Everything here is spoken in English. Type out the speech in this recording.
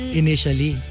initially